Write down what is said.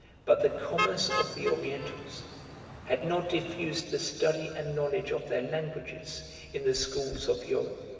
but the commerce of the orientals had not diffused the study and knowledge of their languages in the schools of europe.